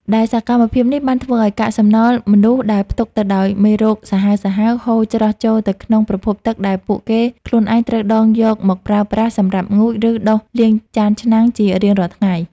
ដែលសកម្មភាពនេះបានធ្វើឱ្យកាកសំណល់មនុស្សដែលផ្ទុកទៅដោយមេរោគសាហាវៗ ហូរច្រោះចូលទៅក្នុងប្រភពទឹកដែលពួកគេខ្លួនឯងត្រូវដងយកមកប្រើប្រាស់សម្រាប់ងូត និងដុសលាងចានឆ្នាំងជារៀងរាល់ថ្ងៃ។